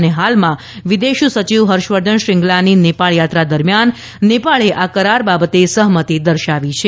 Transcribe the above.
અને હાલમાં વિદેશ સચિવ હર્ષવર્ધન શૃંગલાની નેપાળ યાત્રા દરમ્યાન નેપાળે આ કરાર બાબતે સહમતિ દર્શાવી છે